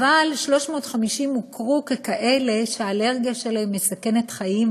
אבל 350 הוכרו ככאלה שהאלרגיה שלהם מסכנת חיים,